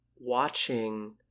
watching